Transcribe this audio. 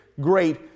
great